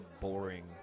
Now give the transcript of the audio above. boring